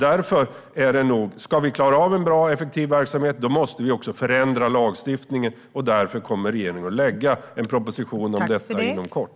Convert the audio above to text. Om det ska bli en bra och effektiv verksamhet måste vi också förändra lagstiftningen. Därför kommer regeringen att lägga fram en proposition om detta inom kort.